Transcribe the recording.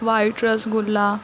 white rasgulla